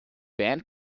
band